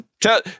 Tell